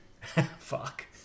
Fuck